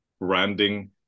branding